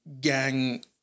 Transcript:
gang